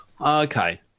Okay